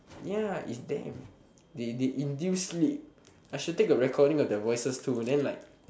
ya is them they they induce sleep I should take a recording of their voices too and then like